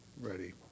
ready